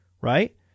right